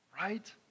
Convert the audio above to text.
right